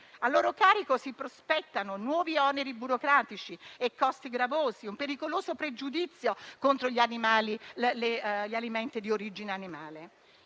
A loro carico si prospettano nuovi oneri burocratici e costi gravosi, un pericoloso pregiudizio contro gli alimenti di origine animale.